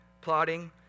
plotting